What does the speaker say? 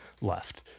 left